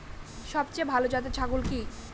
সবথেকে ভালো জাতের ছাগল কি?